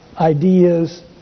ideas